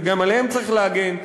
וגם עליהם צריך להגן.